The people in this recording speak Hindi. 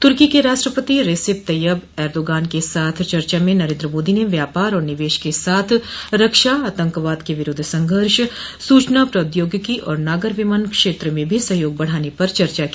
तुर्की के राष्ट्रपति रेसिप तैयब एर्दोगान के साथ चर्चा में नरेंद्र मोदी ने व्यापार और निवेश के साथ रक्षा आतंकवाद के विरूद्व संघर्ष सूचना प्रौद्योगिकी और नागर विमानन क्षेत्र में भी सहयोग बढाने पर चर्चा की